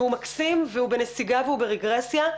והוא מקסים והוא בנסיגה, והוא ברגרסיה.